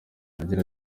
agira